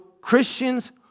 Christians